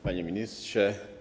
Panie Ministrze!